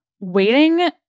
Waiting